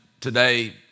today